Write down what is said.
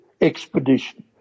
expedition